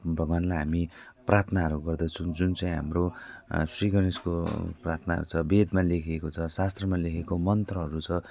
भगवानलाई हामी प्रार्थनाहरू गर्दछौँ जुन चाहिँ हाम्रो श्रीगणेशको प्रार्थना छ वेदमा लेखिएको छ शास्त्रमा लेखिएको मन्त्रहरू छ